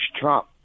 Trump